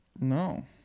No